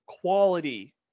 quality